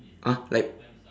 ah light